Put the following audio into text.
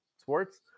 sports